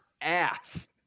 ass